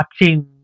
watching